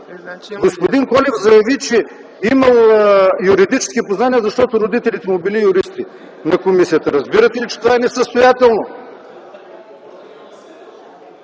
Господин Колев заяви, че имал юридически познания, защото родителите му били юристи на комисията. Разбирате ли, че това е несъстоятелно?!